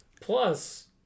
plus